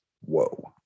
Whoa